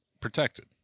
protected